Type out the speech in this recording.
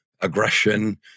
aggression